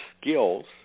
skills